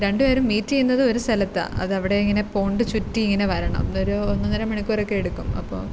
രണ്ട് പേരും മീറ്റ് ചെയ്യുന്നത് ഒരു സ്ഥലത്താണ് അത് അവിടെ ഇങ്ങനെ പോണ്ട് ചുറ്റി ഇങ്ങനെ വരണം അതൊരു ഒന്നന്നര മണിക്കൂറൊക്കെ എടുക്കും അപ്പോൾ